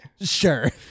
Sure